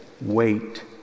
wait